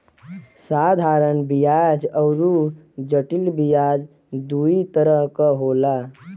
साधारन बियाज अउर जटिल बियाज दूई तरह क होला